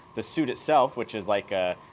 the suit itself, which is like a,